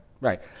Right